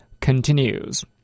continues